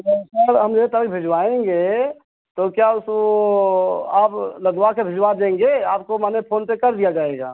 sir हम यह कल भिजवाएंगे तो क्या उस वह आप लगवाकर भिजवा देंगे आपको माने फोनपे कर दिया जाएगा